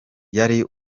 yari